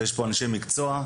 ויש פה אנשי מקצוע,